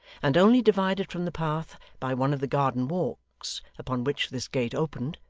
and only divided from the path by one of the garden-walks, upon which this gate opened,